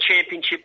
championship